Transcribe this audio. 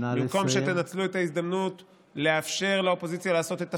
במקום שתנצלו את ההזדמנות לאפשר לאופוזיציה לעשות את תפקידה,